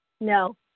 No